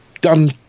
done